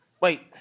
Wait